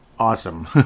Awesome